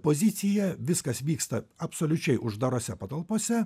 poziciją viskas vyksta absoliučiai uždarose patalpose